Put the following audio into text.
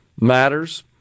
matters